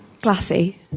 Glassy